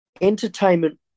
entertainment